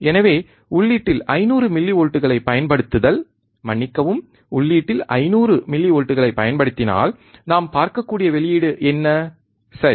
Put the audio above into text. எனவே உள்ளீட்டில் 500 மில்லிவோல்ட்களைப் பயன்படுத்துதல் மன்னிக்கவும் உள்ளீட்டில் 500 மில்லிவோல்ட்களை பயன்படுத்தினால் நாம் பார்க்கக்கூடிய வெளியீடு என்ன சரி